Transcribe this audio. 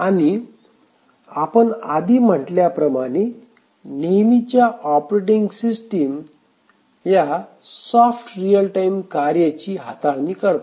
आणि आपण आधी म्हटल्या प्रमाणे नेहमीच्या ऑपरेटिंग सिस्टिम या सॉफ्ट रियल टाईम कार्य ची हाताळणी करतात